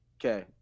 Okay